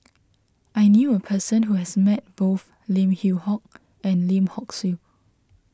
I knew a person who has met both Lim Yew Hock and Lim Hock Siew